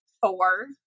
four